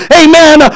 amen